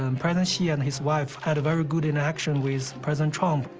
and president xi and his wife had a very good interaction with president trump.